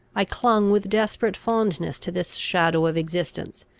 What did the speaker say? i clung with desperate fondness to this shadow of existence,